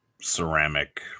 ceramic